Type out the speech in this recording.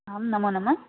आं नमो नमः